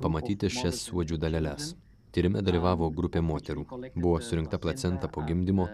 pamatyti šias suodžių daleles tyrime dalyvavo grupė moterų buvo surinkta placenta po gimdymo